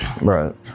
Right